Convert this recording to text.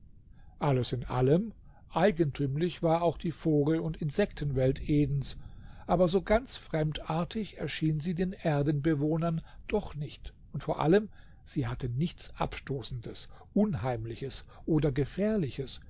alles in allem eigentümlich war auch die vogel und insektenwelt edens aber so ganz fremdartig erschien sie den erdenbewohnern doch nicht und vor allem sie hatte nichts abstoßendes unheimliches oder gefährliches